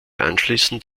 anschließend